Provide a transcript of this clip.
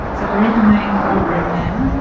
so we're in the main court room now.